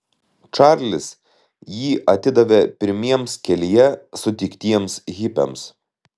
čarlis jį atidavė pirmiems kelyje sutiktiems hipiams